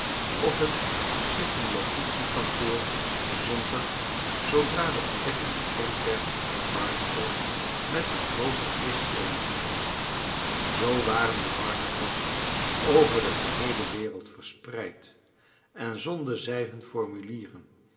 of het circumlocutie kantoor zond er zoodra de ontdekking bekend werd een barnacle met een groote kist formulieren heen zoo waren de barnacles over de geheele wereld verspreid en zon den zij hun formulieren